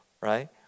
right